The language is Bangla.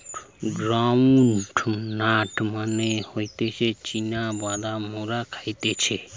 গ্রাউন্ড নাট মানে হতিছে চীনা বাদাম মোরা খাইতেছি